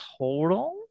total